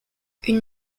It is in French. une